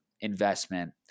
investment